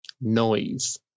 noise